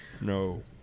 No